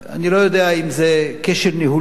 אני לא יודע אם זה כשל ניהולי.